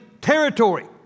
territory